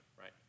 right